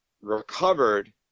recovered